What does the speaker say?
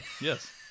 Yes